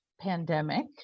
pandemic